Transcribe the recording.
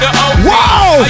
Whoa